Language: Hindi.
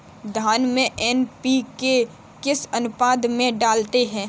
धान में एन.पी.के किस अनुपात में डालते हैं?